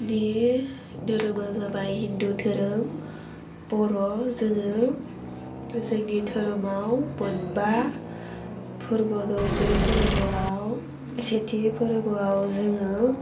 जोंनि धोरोमा जाबाय हिन्दु धोरोम बर' जोङो जोनि धोरोमाव मोनबा फोरबो दं बे फोरबोआव सेथि फोरबोआव जोङो